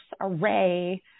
array